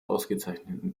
ausgezeichneten